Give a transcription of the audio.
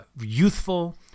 youthful